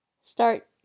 start